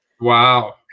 Wow